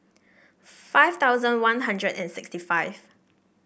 five thousand One Hundred and sixty five